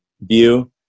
view